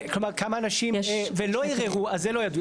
כלומר, כמה אנשים, ולא ערערו - אז זה לא ידעו.